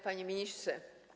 Panie Ministrze!